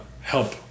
help